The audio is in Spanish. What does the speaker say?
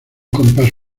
compás